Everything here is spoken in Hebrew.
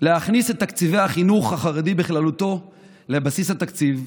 להכניס את תקציבי החינוך החרדי בכללותו לבסיס התקציב,